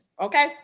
Okay